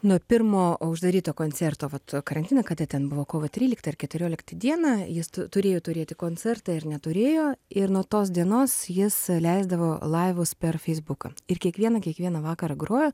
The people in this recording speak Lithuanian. nuo pirmo uždaryto koncerto vat karantine kada ten buvo kovo tryliktą ar keturioliktą dieną jis tu turėjo turėti koncertą ir neturėjo ir nuo tos dienos jis leisdavo laivus per feisbuką ir kiekvieną kiekvieną vakarą grojo